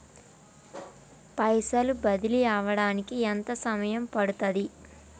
పైసలు బదిలీ అవడానికి ఎంత సమయం పడుతది?